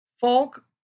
folk